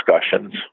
discussions